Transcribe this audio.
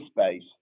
space